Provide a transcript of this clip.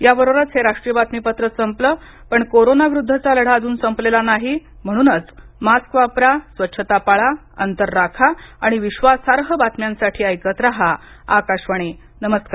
याबरोबरच हे राष्ट्रीय बातमीपत्र संपलं पण कोरोना विरुद्धचा लढा अज्न संपलेला नाही म्हणूनच मास्क वापरा स्वच्छता पाळा अंतर राखा आणि विश्वासार्ह बातम्यांसाठी ऐकत रहा आकाशवाणी नमस्कार